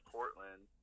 Portland